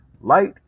light